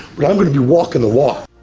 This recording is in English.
but i'm gonna be walking the walk.